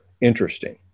interesting